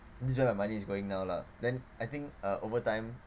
this where the money is going now lah then I think uh over time